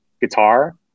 guitar